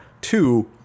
Two